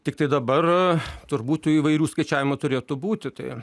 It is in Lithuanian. tiktai dabar turbūt tų įvairių skaičiavimų turėtų būti tai